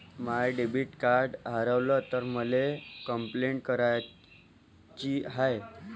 माय debit card हारवल तर मले कंपलेंट कराची हाय